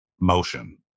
motion